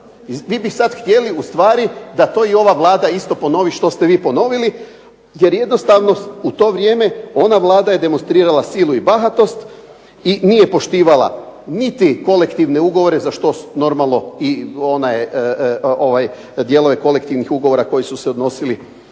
vi bi sad htjeli ustvari da to i ova Vlada isto ponovi što ste vi ponovili jer jednostavno u to vrijeme ona Vlada je demonstrirala silu i bahatost i nije poštivala niti kolektivne ugovore za što normalno djelo je kolektivnih ugovora koji su se odnosili